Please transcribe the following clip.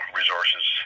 resources